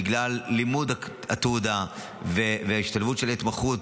בגלל לימוד התעודה וההשתלבות של ההתמחות